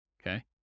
okay